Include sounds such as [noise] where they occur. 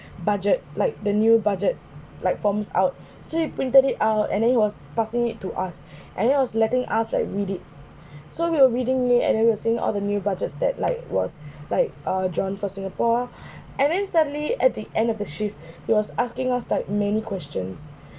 [breath] budget like the new budget like forms out [breath] so he printed it out and then he was passing it to us [breath] and then he was letting us like read it [breath] so we were reading it and then we were saying all the new budgets that like was [breath] like uh john for singapore [breath] and then suddenly at the end of the shift [breath] he was asking us like many questions [breath]